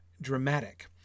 dramatic